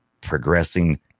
progressing